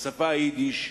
היידיש,